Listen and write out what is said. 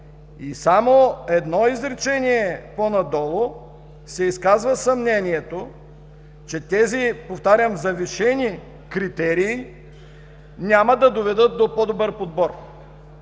И само в едно изречение по-надолу се изказва съмнението, че тези, повтарям, завишени критерии няма да доведат до по-добър подбор.